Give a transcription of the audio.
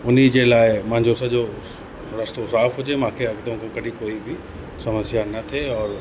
उन्हीअ जे लाइ मांजो सॼो सु रस्तो साफ़ु हुजे मांखे अॻतो बि कॾहिं कोई बि समस्या न थिए और